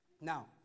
Now